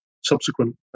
subsequent